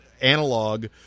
analog